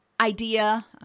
idea